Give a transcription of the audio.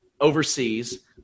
overseas